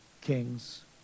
kings